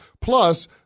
Plus